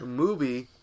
movie